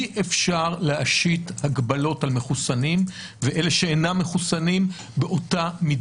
אי אפשר להשית הגבלות על מחוסנים ואלה שאינם מחוסנים באותה מידה.